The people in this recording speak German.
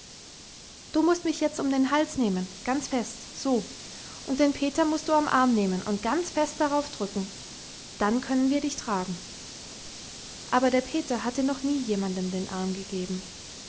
du mußt mich jetzt um den hals nehmen ganz fest so und den peter mußt du am arm nehmen und ganz fest darauf drücken dann können wir dich tragen aber der peter hatte noch nie jemandem den arm gegeben